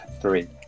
three